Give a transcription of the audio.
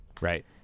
Right